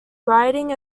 writing